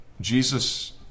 Jesus